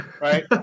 right